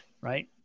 Right